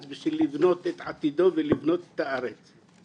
בשביל לבנות את עתידו ולבנות את הארץ,